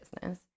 business